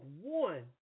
one